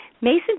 Mason